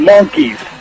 Monkeys